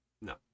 No